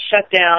shutdown